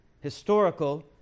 historical